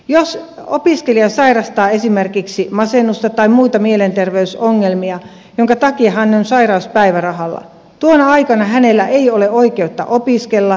jos opiskelija sairastaa esimerkiksi masennusta tai muita mielenterveysongelmia minkä takia hän on sairauspäivärahalla tuona aikana hänellä ei ole oikeutta opiskella